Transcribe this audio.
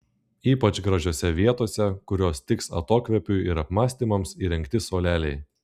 ypač gražiose vietose kurios tiks atokvėpiui ir apmąstymams įrengti suoleliai